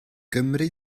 gymri